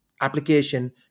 application